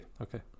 Okay